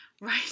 right